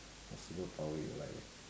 what superpower you will like leh